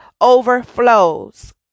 overflows